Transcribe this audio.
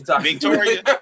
Victoria